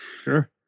Sure